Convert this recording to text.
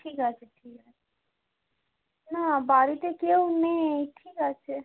ঠিক আছে ঠিক আছে না বাড়িতে কেউ নেই ঠিক আছে